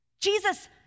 Jesus